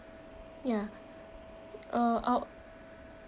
ya uh I'd